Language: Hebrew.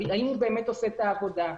אם הוא באמת עושה את העבודה.